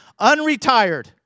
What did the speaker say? Unretired